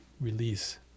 release